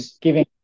giving